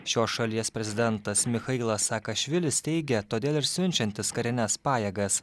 šios šalies prezidentas michailas saakašvilis teigia todėl ir siunčiantis karines pajėgas